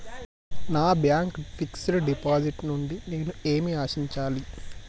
నా bank fixed deposit నుండి నేను ఏమి ఆశించాలి?